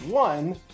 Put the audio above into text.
One